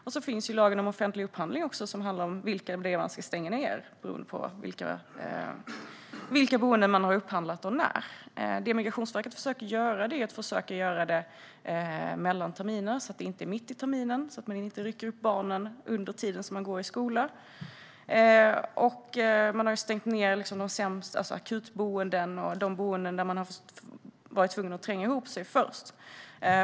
Dessutom finns lagen om offentlig upphandling, som styr vilka boenden man ska stänga beroende på vilka boenden man har upphandlat och när. Det Migrationsverket försöker göra är att stänga boenden mellan terminerna, så att man inte rycker upp barnen mitt i terminen när de går i skolan. Man har stängt akutboenden och de boenden där människor tidigare varit tvungna att tränga ihop sig.